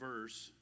verse